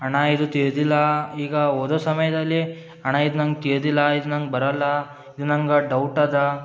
ಅಣ್ಣ ಇದು ತಿಳಿದಿಲ್ಲ ಈಗ ಓದೋ ಸಮಯದಲ್ಲಿ ಅಣ್ಣ ಇದು ನಂಗೆ ತಿಳಿದಿಲ್ಲ ಇದು ನಂಗೆ ಬರಲ್ಲ ಇದು ನಂಗೆ ಡೌಟ್ ಅದ